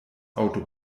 auto